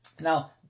Now